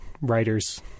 writers